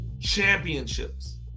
championships